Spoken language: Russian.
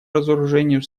разоружению